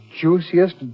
juiciest